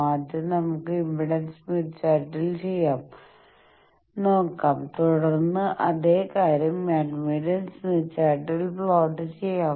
ആദ്യം നമുക്ക് impedance Smith ചാർട്ടിൽ ചെയ്യാൻ നോകാം തുടർന്ന് അതേ കാര്യം അഡ്മിറ്റൻസ് സ്മിത്ത് ചാർട്ടിൽ പ്ലോട്ട് ചെയ്യാം